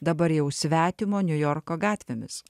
dabar jau svetimo niujorko gatvėmis